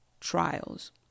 trials